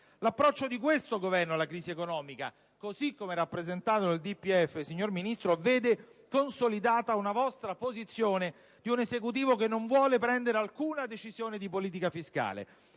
L'approccio dell'attuale Governo alla crisi economica, così come rappresentato nel DPEF, signor Ministro, vede consolidata la posizione di un Esecutivo che non vuole prendere alcuna decisione di politica fiscale.